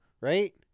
right